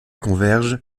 convergent